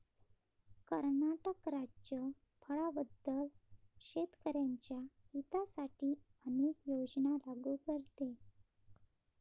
कर्नाटक राज्य फळांबद्दल शेतकर्यांच्या हितासाठी अनेक योजना लागू करते